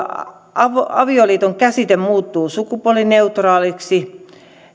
avioliiton käsite muuttuu sukupuolineutraaliksi